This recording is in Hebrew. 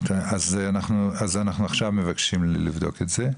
אז אנחנו עכשיו מבקשים לבדוק את זה,